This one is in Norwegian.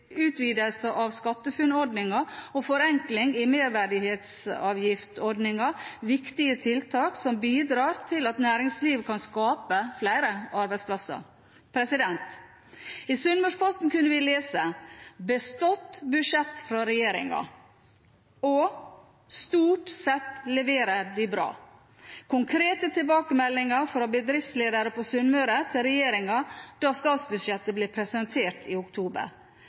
utvidelse av SkatteFUNN-ordningen og forenklinger i merverdiavgiftsordningen viktige tiltak som bidrar til at næringslivet kan skape flere arbeidsplasser. I Sunnmørsposten kunne vi lese at «dette er bestått», og «totalt sett leverer de bra» – konkrete tilbakemeldinger fra bedriftsledere på Sunnmøre til regjeringen da statsbudsjettet ble presentert i oktober.